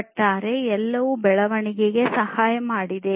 ಒಟ್ಟಾರೆ ಎಲ್ಲವೂ ಬೆಳವಣಿಗೆಗೆ ಸಹಾಯ ಮಾಡಿದೆ